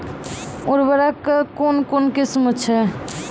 उर्वरक कऽ कून कून किस्म छै?